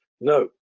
no